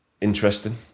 interesting